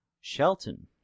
Shelton